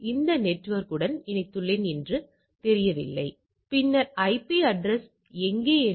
உண்மையில் நாம் கை வர்க்க சோதனையைப் பயன்படுத்துகிறோம்